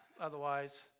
Otherwise